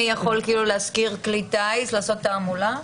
מי יכול להשכיר כלי טיס ולעשות תעמולה?